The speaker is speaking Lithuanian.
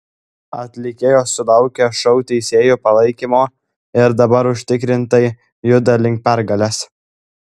atlikėjos sulaukė šou teisėjų palaikymo ir dabar užtikrintai juda link pergalės